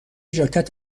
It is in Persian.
ژاکت